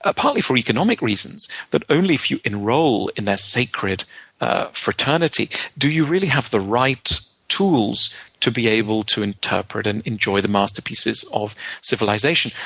ah partly for economic reasons, but only if you enroll in their sacred fraternity do you really have the right tools to be able to interpret and enjoy the masterpieces of civilization.